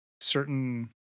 certain